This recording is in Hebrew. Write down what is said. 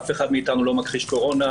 אף אחד מאיתנו לא מכחיש קורונה,